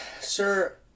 sir